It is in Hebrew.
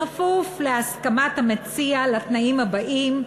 בכפוף להסכמת המציע לתנאים הבאים,